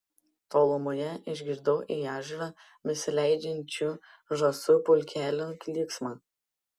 tolumoje išgirdau į ežerą besileidžiančių žąsų pulkelio klyksmą